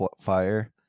fire